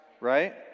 Right